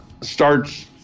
starts